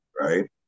right